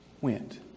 went